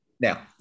Now